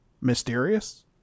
Mysterious